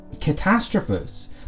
Catastrophes